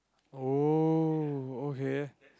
oh okay